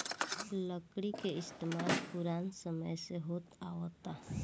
लकड़ी के इस्तमाल पुरान समय से होत आवता